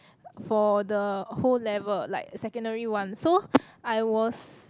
for the whole level like secondary-one so I was